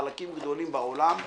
שבחלקים גדולים בעולם,